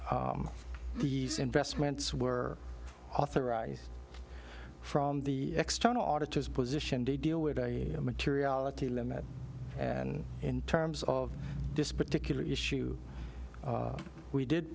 these investments were authorized from the external auditors position they deal with materiality limit and in terms of this particular issue we did